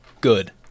Good